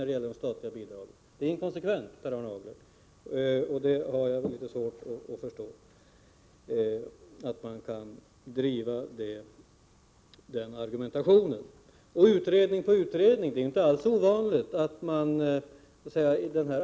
Det är ett inkonsekvent resongemang, Per Arne Aglert. Jag har svårt att förstå att man kan driva en sådan argumentation. Vad gäller talet om utredning efter utredning vill jag säga att det inte alls är fråga om något ovanligt förfarande.